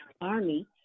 Army